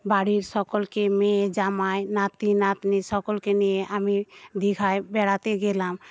বাড়ির সকলকে মেয়ে জামাই নাতি নাতনী সকলকে নিয়ে আমি দীঘায় বেড়াতে গেলাম